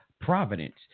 providence